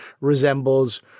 resembles